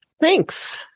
Thanks